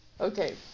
Okay